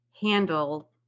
handle